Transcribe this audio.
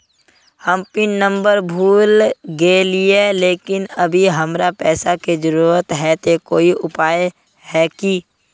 हम pin number भूल गेलिये लेकिन अभी हमरा पैसा के जरुरत है ते कोई उपाय है की?